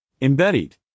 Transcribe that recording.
Embedded